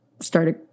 started